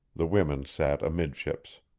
the women sat amidships.